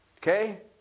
Okay